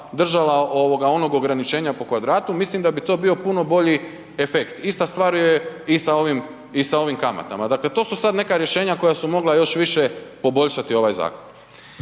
držala onog ograničenja po kvadratu, mislim da bi to bio puno bolji efekt. Ista stvar je i sa ovim kamatama. Dakle, to su sad neka rješenja koja su mogla još više poboljšati ovaj zakon.